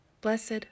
blessed